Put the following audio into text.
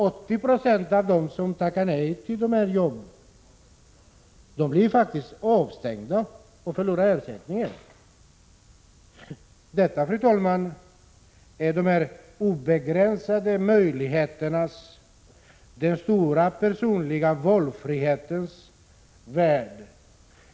80 96 av dem som tackar nej till ett sådant jobb blir faktiskt avstängda och förlorar ersättningen. Detta, fru talman, är de obegränsade möjligheternas och den stora personliga valfrihetens värld.